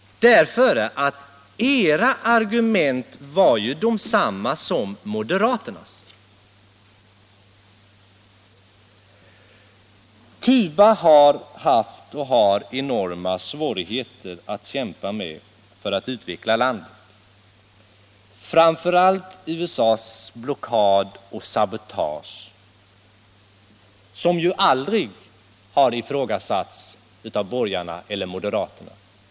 Deras argument var ju desamma som moderaternas. Cuba har haft och har enorma svårigheter att kämpa mot för att utveckla landet. Jag tänker framför allt på USA:s blockad och sabotage mot landet, som aldrig har ifrågasatts av borgarna eller moderaterna.